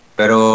pero